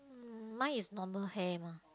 um mine is normal hair mah